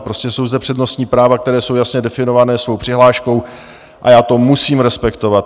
Prostě jsou zde přednostní práva, která jsou jasně definovaná svou přihláškou, a já to musím respektovat.